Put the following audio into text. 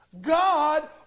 God